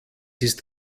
ist